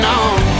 on